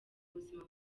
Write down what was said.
buzima